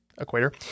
equator